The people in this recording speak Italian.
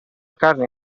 carne